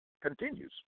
continues